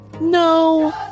No